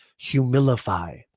humilify